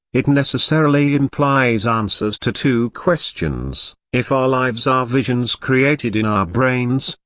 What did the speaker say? it necessarily implies answers to two questions if our lives are visions created in our brains,